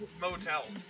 Motels